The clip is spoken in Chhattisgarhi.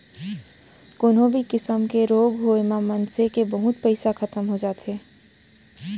कोनो भी किसम के रोग होय म मनसे के बहुत पइसा खतम हो जाथे